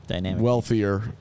wealthier